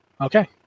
Okay